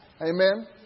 Amen